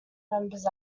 members